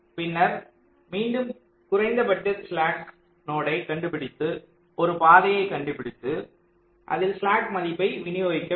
பின்னர் மீண்டும் குறைந்தபட்ச ஸ்லாக் நோடை கண்டுபிடித்து ஒரு பாதையைக் கண்டுபிடித்து அதில் ஸ்லாக் மதிப்பை விநியோகிக்க வேண்டும்